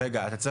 תודה